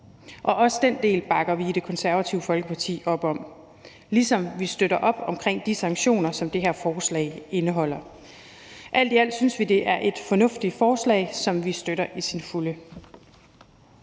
Også den del bakker vi i Det Konservative Folkeparti op om, ligesom vi støtter op om de sanktioner, som det her forslag indeholder. Alt i alt synes vi, det er et fornuftigt forslag, som vi støtter i sin helhed.